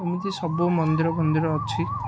ଏମିତି ସବୁ ମନ୍ଦିର ମନ୍ଦିର ଅଛି